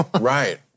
right